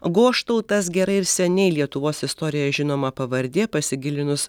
goštautas gerai ir seniai lietuvos istorijoje žinoma pavardė pasigilinus